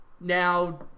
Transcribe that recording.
now